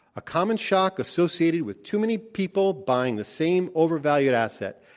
a common shock associated with too many people buying the same overvalued asset.